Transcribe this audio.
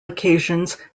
occasions